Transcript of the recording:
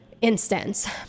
instance